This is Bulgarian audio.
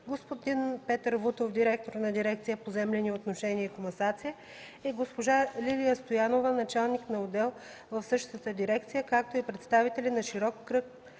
господин Петър Вутов – директор на дирекция „Поземлени отношения и комасация”, и госпожа Лилия Стоянова – началник на отдел в същата дирекция, както и представители на широк кръг